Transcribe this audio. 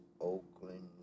Oakland